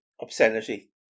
obscenity